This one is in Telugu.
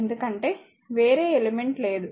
ఎందుకంటే వేరే ఎలిమెంట్ లేదు